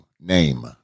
name